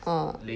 ah